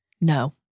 no